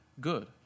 good